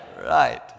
Right